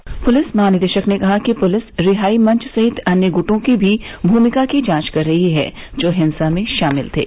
police महानिदेशक ने कहा कि पुलिस रिहाई मंच सहित अन्य गुटों की भी भूमिका की जांच कर रही है जो हिंसा में शामिल थे